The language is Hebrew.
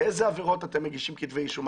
באיזה עבירות אתם מגישים כתבי אישום?